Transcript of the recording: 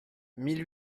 mille